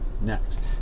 Next